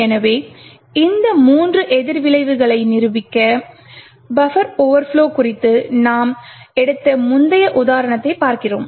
எனவே இந்த மூன்று எதிர்விளைவுகளை நிரூபிக்க பஃபர் ஓவர்ப்லொ குறித்து நாம் எடுத்த முந்தைய உதாரணத்தைப் பார்க்கிறோம்